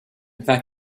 fact